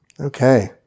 Okay